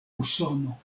usono